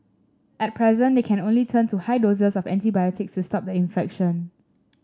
at present they can turn only to high doses of antibiotics to stop the infection